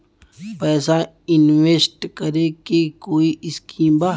पैसा इंवेस्ट करे के कोई स्कीम बा?